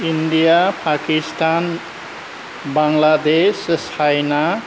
India Pakistan Bangladesh China